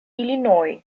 illinois